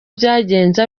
byagenze